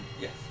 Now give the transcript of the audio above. Yes